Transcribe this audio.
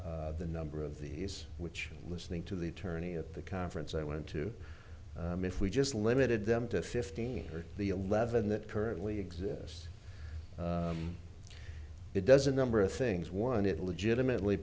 the number of these which listening to the attorney at the conference i wanted to if we just limited them to fifteen or the eleven that currently exists it doesn't number of things one it legitimately